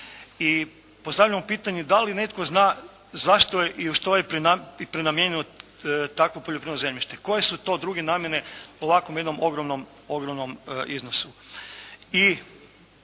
I postavljamo pitanje da li netko zna zašto je i u što je prenamijenjeno takvo poljoprivredno zemljište? Koje su to druge namjene ovakvom jednom ogromnom, ogromnom